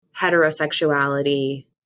heterosexuality